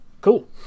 cool